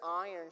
iron